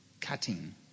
Cutting